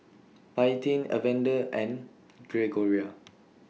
Paityn Evander and Gregoria